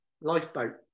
lifeboat